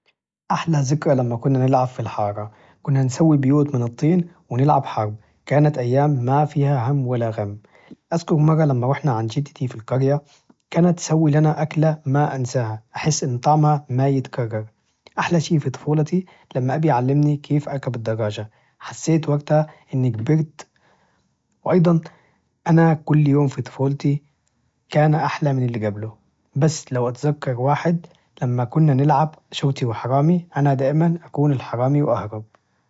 أحلى ذكرى لما كنا نلعب في الحارة كنا نسوي بيوت من الطين ونلعب حرب، كانت أيام ما فيها هم ولا غم، أذكر مرة لما رحنا عند جدتي في القرية كانت تسوي لنا أكلة ما أنساها أحس إن طعمها ما يتكرر، أحلى شي في طفولتي لما أبي علمني كيف أركب الدراجة حسيت وقتها إني كبرت، وأيضا أنا كل يوم في طفولتي كان أحلى من إللي جبله، بس لو أتذكر واحد لما كنا نلعب شرطي وحرامي أنا دائماً أكون الحرامي وأهرب.